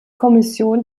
kommission